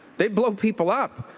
they blow people up.